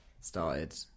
started